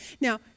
now